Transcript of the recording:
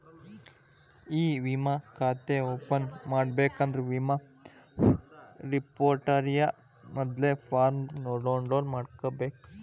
E ವಿಮಾ ಖಾತೆ open ಮಾಡಬೇಕಂದ್ರ ವಿಮಾ ರೆಪೊಸಿಟರಿಯ ಮೊದಲ್ನೇ ಫಾರ್ಮ್ನ ಡೌನ್ಲೋಡ್ ಮಾಡ್ಬೇಕ